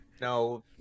No